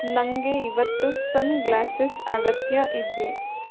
ನನಗೆ ಇವತ್ತು ಸನ್ಗ್ಲಾಸಸ್ ಅಗತ್ಯ ಇದೆ